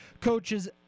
coaches